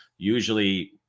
usually